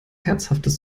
herzhaftes